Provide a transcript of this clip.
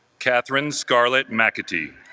katherine scarlett mcatee